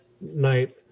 night